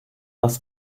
das